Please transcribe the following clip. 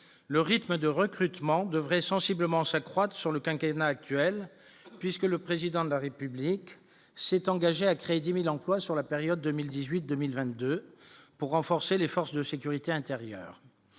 le rythme de recrutement devrait sensiblement s'accroître sur le quinquennat actuel puisque le président de la République s'est engagé à créer 10000 emplois sur la période 2018, 2022 pour renforcer les forces de sécurité intérieure,